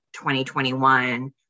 2021